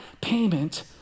payment